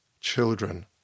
Children